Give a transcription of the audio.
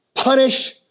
Punish